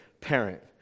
parent